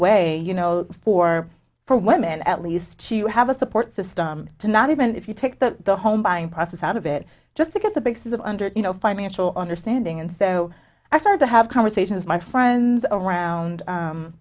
way you know for for women at least you have a support system to not even if you take the the home buying process out of it just to get the basis of under you know financial understanding and so i started to have conversations my friends around